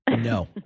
no